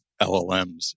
LLMs